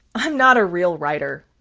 i'm not a real writer.